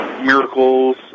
miracles